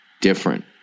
different